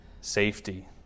Safety